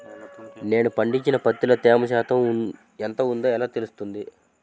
నేను పండించిన పత్తిలో తేమ శాతం ఎంత ఉందో ఎలా తెలుస్తుంది?